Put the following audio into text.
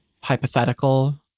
Hypothetical